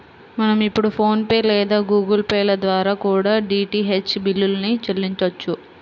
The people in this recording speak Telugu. మనం ఇప్పుడు ఫోన్ పే లేదా గుగుల్ పే ల ద్వారా కూడా డీటీహెచ్ బిల్లుల్ని చెల్లించొచ్చు